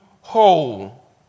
whole